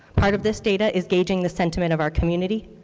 part of this data is gauging the sentiment of our community,